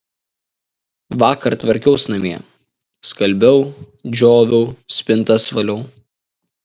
vakar tvarkiaus namie skalbiau džioviau spintas valiau